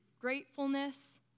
gratefulness